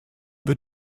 wird